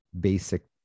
basic